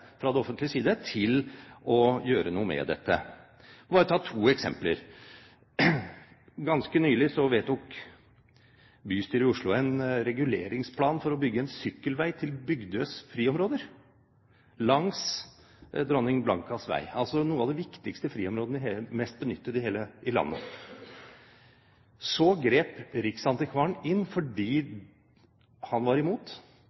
til å gjøre noe med dette. Jeg kan bare ta to eksempler. Ganske nylig vedtok bystyret i Oslo en reguleringsplan for å bygge en sykkelvei til Bygdøys friområder, langs Dronning Blancas vei, altså et av de viktigste og mest benyttede friområder i hele landet. Så grep riksantikvaren inn, fordi han var imot